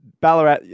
Ballarat